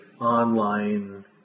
online